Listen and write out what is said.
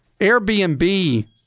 Airbnb